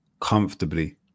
comfortably